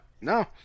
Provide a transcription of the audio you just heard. no